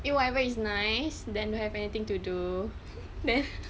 eat whatever it's nice then don't have anything to do then